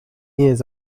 years